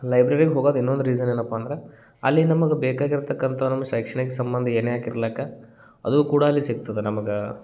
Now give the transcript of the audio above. ಲೈಬ್ರೆರಿಗೆ ಹೋಗೋದು ಇನ್ನೊಂದು ರೀಝನ್ ಏನಪ್ಪ ಅಂದ್ರೆ ಅಲ್ಲಿ ನಮಗೆ ಬೇಕಾಗಿರತಕ್ಕಂಥ ಒಂದು ಶೈಕ್ಷಣಿಕ ಸಂಬಂಧ ಏನೇ ಆಗಿರ್ಲಿಕ್ಕ ಅದು ಕೂಡ ಅಲ್ಲಿ ಸಿಗ್ತದೆ ನಮಗೆ